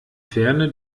ferne